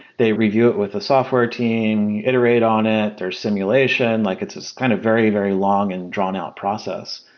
they review it with the software team, iterate on it, they are simulation. like it's this kind of very, very long and drawn-out process.